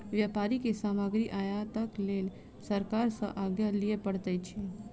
व्यापारी के सामग्री आयातक लेल सरकार सॅ आज्ञा लिअ पड़ैत अछि